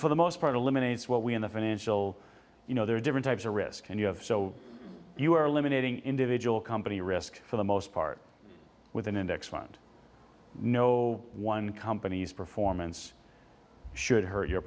for the most part of limits what we in the financial you know there are different types of risk and you have so you are limiting individual company risk for the most part with an index fund no one company's performance should hurt your